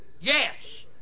Yes